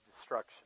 destruction